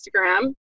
Instagram